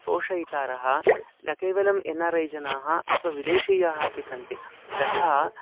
पोषयितारः न केवलम् N R I जनाः अथवा विदेशीयाः अपि सन्ति तथा